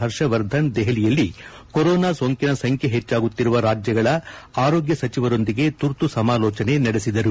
ಹರ್ಷವರ್ಧನ್ ದೆಹಲಿಯಲ್ಲಿ ಕೊರೋನಾ ಸೋಂಕಿನ ಸಂಖ್ಯೆ ಹೆಚ್ಚಾಗುತ್ತಿರುವ ರಾಜ್ಯಗಳ ಆರೋಗ್ಯ ಸಚಿವರೊಂದಿಗೆ ತುರ್ತು ಸಮಾಲೋಚನೆ ನಡೆಸಿದರು